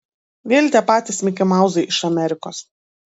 vėl tie patys mikimauzai iš amerikos